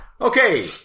Okay